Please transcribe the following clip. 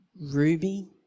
ruby